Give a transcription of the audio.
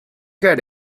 get